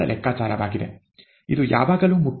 ಇದು ಯಾವಾಗಲೂ ಮುಖ್ಯ